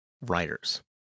writers